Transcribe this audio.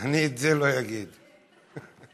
חבר במפלגת ש"ס.